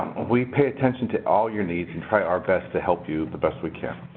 we pay attention to all your needs and try our best to help you the best we can.